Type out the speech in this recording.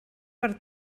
per